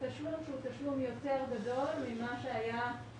תשלום שהוא תשלום יותר גדול ממה שהיו